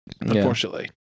unfortunately